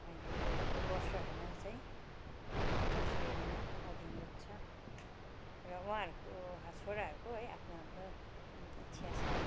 अहिले यो वर्षहरू मा चाहिँ आठौँ श्रेणीमा अध्ययनरत छ र उहाँहरूको छोराहरूको है आफ्नो आफ्नो इच्छा छ